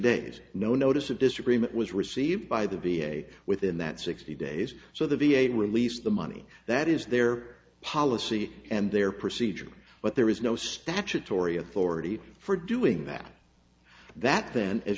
days no notice of disagreement was received by the v a within that sixty days so the v a released the money that is their policy and their procedure but there is no statutory authority for doing that that then as